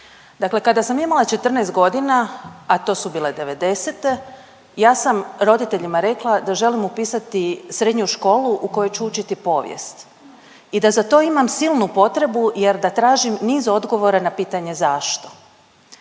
Dakle kada sam imala 14 godina, a to su bile 90-e ja sam roditeljima rekla da želim upisati srednju školu u kojoj ću učiti povijest i da za to imam silnu potrebu jer da tražim niz odgovora na pitanje zašto.